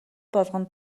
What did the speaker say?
болгон